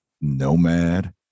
Nomad